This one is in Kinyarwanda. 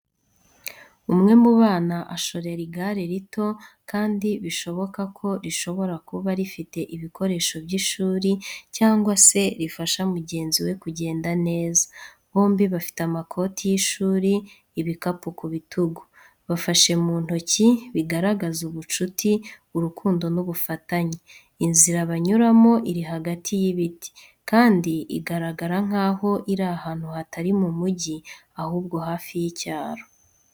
Umwe mu bana arashorera igare rito kandi bishoboka ko rishobora kuba rifite ibikoresho by’ishuri cyangwa se rifasha mugenzi we kugenda neza. Bombi bafite amakoti y’ishuri ibikapu ku bitugu. Bafashe mu ntoki, bigaragaza ubucuti, urukundo n’ubufatanye. Inzira banyuramo iri hagati y’ibiti, kandi igaragara nk’aho iri ahantu hatari mu mujyi, ahubwo hafi y’icyaro.